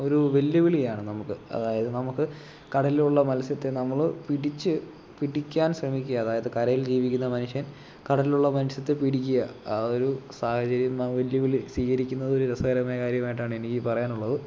ഒരു വെല്ലിവിളിയാണ് നമുക്ക് അതായത് നമുക്ക് കടലിലുള്ള മത്സ്യത്തെ നമ്മള് പിടിച് പിടിക്കാൻ ശ്രമിക്കുക അതായത് കരയിൽ ജീവിക്കുന്ന മനുഷ്യൻ കടലിലുള്ള മത്സ്യത്തെ പിടിക്കുക ആ ഒരു സാഹചര്യം ആ വെല്ലുവിളി സ്വീകരിക്കുന്നത് ഒരു രസകരമായ കാര്യമായിട്ടാണ് എനിക്ക് പറയാനുള്ളത്